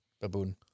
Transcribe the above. Baboon